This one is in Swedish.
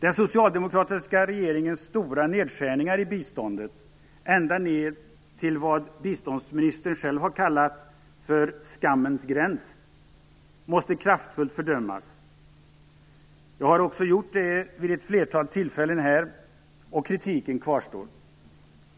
Den socialdemokratiska regeringens stora nedskärningar i biståndet, ända ned till det som biståndsminister Pierre Schori har kallat "skammens gräns", måste kraftigt fördömas. Jag har också gjort det här vid ett flertal tillfällen. Kritiken kvarstår.